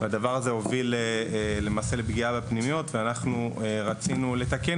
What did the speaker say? הדבר הזה הוביל למעשה לפגיעה בפנימיות ואנחנו רצינו לתקן